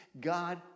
God